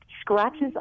scratches